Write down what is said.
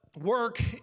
work